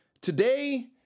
Today